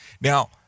Now